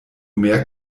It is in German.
mehr